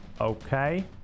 okay